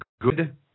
good